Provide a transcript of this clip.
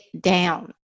down